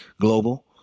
global